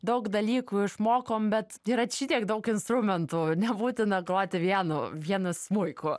daug dalykų išmokom bet yra šitiek daug instrumentų nebūtina groti vienu vienu smuiku